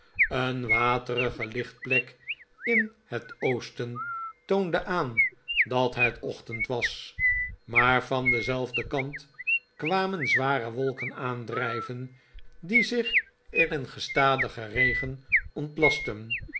een waterige lichtplek in het oosten toonde aan dat het ochtehd was maar van denzelfden kant kwamen zware woiken aandrijven die zich in een gestadigen regen ontlastten